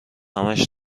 همش